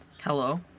Hello